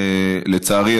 לצערי,